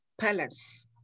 palace